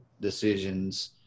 decisions